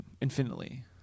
Infinitely